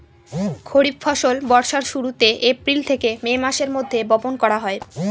খরিফ ফসল বর্ষার শুরুতে, এপ্রিল থেকে মে মাসের মধ্যে, বপন করা হয়